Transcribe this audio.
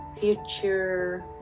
future